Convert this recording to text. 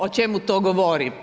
O čemu to govori?